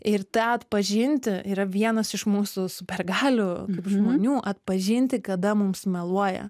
ir tą atpažinti yra vienas iš mūsų super galių žmonių atpažinti kada mums meluoja